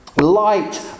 Light